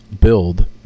build